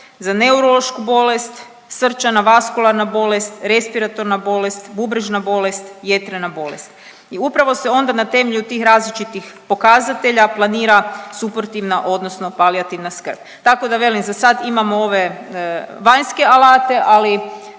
za neurološku bolest, srčana, vaskularna bolest, respiratorna bolest, bubrežna bolest, jetrena bolest. I upravo se onda na temelju tih različitih pokazatelja planira suportivna odnosno palijativna skrb. Tako da velim za sad imamo ove vanjske alate, ali